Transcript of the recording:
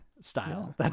style